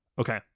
Okay